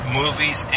movies